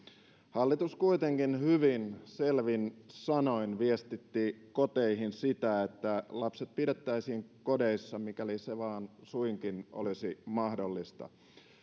hallitus kuitenkin hyvin selvin sanoin viestitti koteihin sitä että lapset pidettäisiin kodeissa mikäli se vain suinkin olisi mahdollista